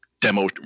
demo